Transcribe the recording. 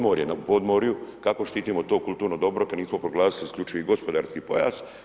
Na podmorju, kako štitimo to kulturno dobro kad nismo proglasili isključivi gospodarski pojas?